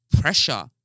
Pressure